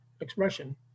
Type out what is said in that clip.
expression